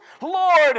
Lord